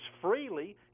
freely